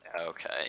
Okay